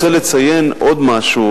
רוצה לציין עוד משהו,